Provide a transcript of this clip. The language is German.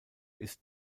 ist